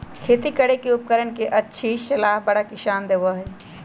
खेती करे के उपकरण के अच्छी सलाह बड़ा किसान देबा हई